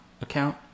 account